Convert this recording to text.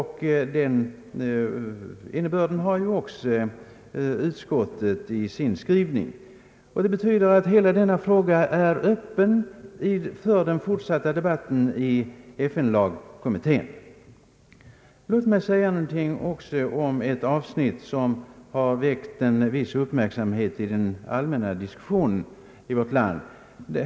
Den innebörden har också utskottets skrivning. Det betyder att hela denna fråga är öppen för fortsatt debatt i FN lagkommittén. Låt mig säga någonting också om ett avsnitt som väckt viss uppmärksamhet i den allmänna diskussionen i vårt land.